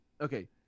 Okay